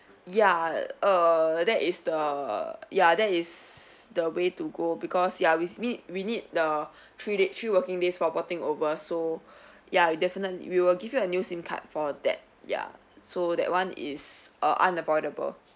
ya err that is the ya that is the way to go because you are with me~ we need the three da~ three working days for porting over so ya definite~ we will give you a new SIM card for that ya so that [one] is err unavoidable